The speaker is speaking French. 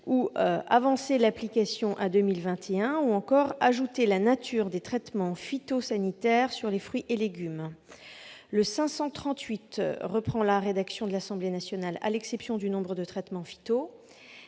à avancer l'application à 2021 ou encore à ajouter la nature des traitements phytosanitaires sur les fruits et légumes. L'amendement n° 538 rectifié reprend la rédaction de l'Assemblée nationale, à l'exception du nombre de traitements